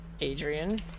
adrian